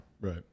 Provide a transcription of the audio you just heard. right